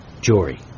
Jory